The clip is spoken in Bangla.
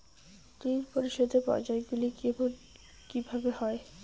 ঋণ পরিশোধের পর্যায়গুলি কেমন কিভাবে হয়?